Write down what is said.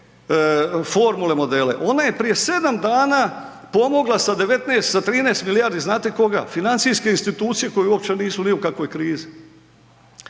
formule, modele, ona je prije sedam dana pomogla sa 13 milijardi, znate koga, financijske institucije koje uopće nisu ni u kakvoj krizi.